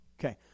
Okay